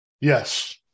Yes